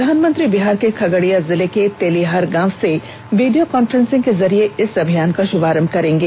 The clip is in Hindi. प्रधानमंत्री बिहार के खगड़िया जिले के तेलीहार गांव से वीडियो कांफ्रेंस को जरिए इस अभियान का शुभारंभ करेंगे